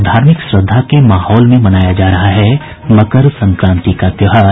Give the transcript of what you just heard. और धार्मिक श्रद्वा के माहौल में मनाया जा रहा है मकर संक्रांति का त्योहार